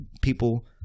People